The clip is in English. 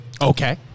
Okay